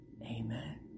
Amen